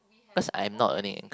cause I'm not earning